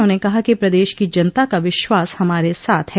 उन्होंने कहा कि प्रदेश की जनता का विश्वास हमारे साथ है